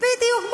בדיוק.